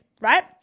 right